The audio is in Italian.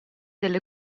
delle